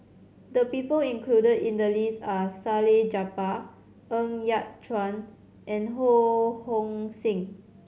the people included in the list are Salleh Japar Ng Yat Chuan and Ho Hong Sing